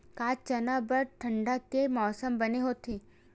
का चना बर ठंडा के मौसम बने होथे?